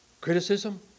Criticism